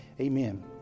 Amen